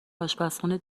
اشپزخونه